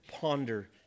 Ponder